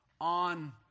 on